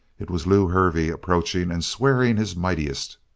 it was lew hervey approaching and swearing his mightiest.